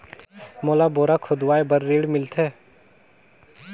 मोला बोरा खोदवाय बार ऋण मिलथे?